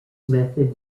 method